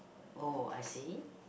oh I see